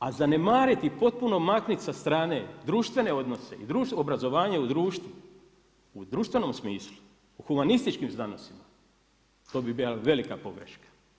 A zanemariti i potpuno maknuti sa strane društvene odnose i obrazovanje u društvu, u društvenom smislu, u humanističkim znanostima to bi bila velika pogreška.